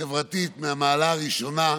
חברתית מהמעלה הראשונה,